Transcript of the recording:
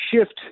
shift